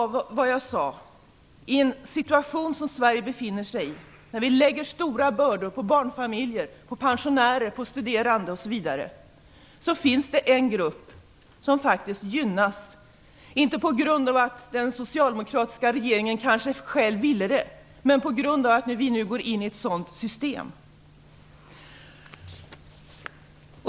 I den situation Sverige befinner sig i, då vi lägger stora bördor på barnfamiljer, pensionärer, studerande osv., finns det en grupp som faktiskt gynnas. Det sker kanske inte på grund av att den socialdemokratiska regeringen själv ville det, utan på grund av att vi nu går in i ett sådant system.